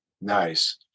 Nice